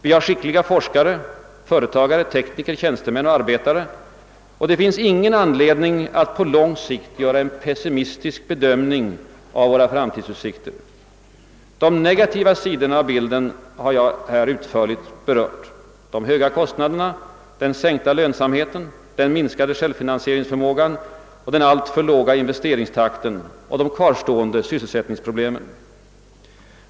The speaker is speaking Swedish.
Vi har skickliga forskare, företagare, tekniker, tjänstemän och arbetare, och det finns ingen anledning att på lång sikt göra en pessi mistisk bedömning av våra framtidsutsikter. De negativa sidorna av bilden har jag utförligt berört, de höga kostnaderna, den sänkta lönsamheten, den minskade <:självfinansieringsförmågan, den alltför låga investeringstakten och de kvarstående sysselsättningsproblemen.